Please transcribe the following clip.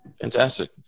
Fantastic